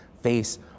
face